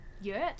Yurt